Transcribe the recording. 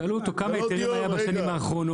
שאלו אותו כמה היתרים היה בשנים האחרונות,